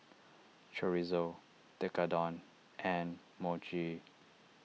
Chorizo Tekkadon and Mochi